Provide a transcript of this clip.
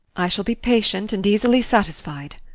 i shall be patient and easily satisfied.